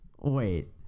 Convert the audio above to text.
wait